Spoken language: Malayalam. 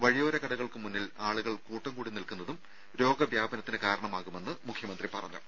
വഴിയോര കടകൾക്ക് മുന്നിൽ ആളുകൾ കൂട്ടംകൂടി നിൽക്കുന്നതും രോഗവ്യാപനത്തിന് കാരണമാകുമെന്ന് മുഖ്യമന്ത്രി പറഞ്ഞു